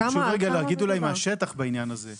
חשוב להגיד מהשטח בעניין הזה.